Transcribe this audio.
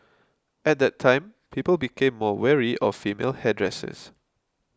at that time people became more wary of female hairdressers